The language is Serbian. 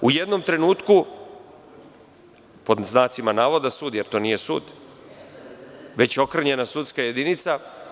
U jednom trenutkupod znacima navod, sud, jer to nije sud, već okrnjena sudska jedinica.